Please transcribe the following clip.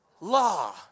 law